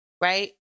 right